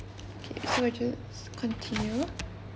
okay so we just continue